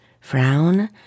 frown